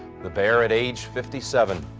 the pair at age fifty-seven